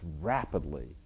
rapidly